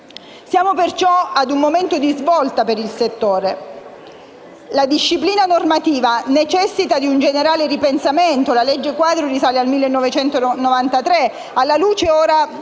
Siamo perciò ad un momento di svolta per il settore. La disciplina normativa necessita di un generale ripensamento (la legge quadro risale al 1993) alla luce